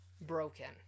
broken